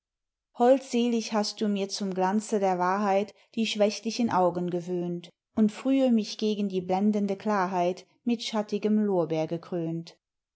holdselig hast du mir zum glanze der wahrheit die schwächlichen augen gewöhnt und frühe mich gegen die blendende klarheit mit schattigem